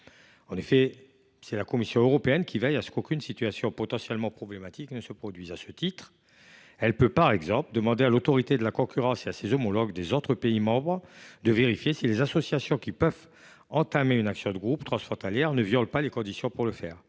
En effet, c’est la Commission qui veille à ce qu’aucune situation potentiellement problématique ne se produise. À ce titre, elle peut, par exemple, demander à l’Autorité de la concurrence et à ses homologues des autres pays membres de vérifier si les associations qui peuvent entamer une action de groupe transfrontalière ne violent pas les conditions pour le faire.